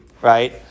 right